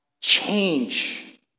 change